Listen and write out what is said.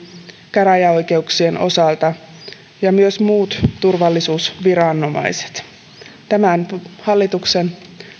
käräjäoikeuksien ja myös muiden turvallisuusviranomaisten osalta tämän hallituksen